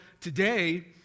today